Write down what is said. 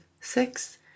six